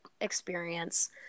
experience